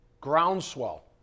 groundswell